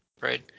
right